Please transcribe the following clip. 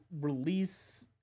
release